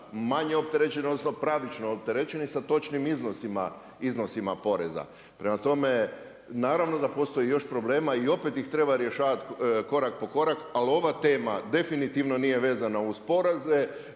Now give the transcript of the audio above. manje opterećeni, odnosno pravično opterećeni sa točnim iznosima porezima. Prema tome, naravno da postoji još problema i opet ih treba rješavati, korak po korak, ali ova tema definitivno nije vezano uz poraze